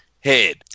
head